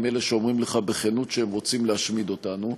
אלה שאומרים לך בכנות שהם רוצים להשמיד אותנו.